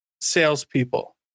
salespeople